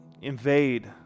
invade